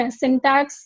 syntax